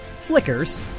Flickers